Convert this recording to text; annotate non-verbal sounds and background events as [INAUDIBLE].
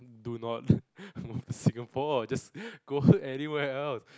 do not [BREATH] Singapore just go anywhere else